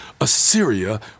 Assyria